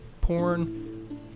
porn